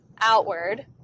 outward